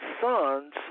sons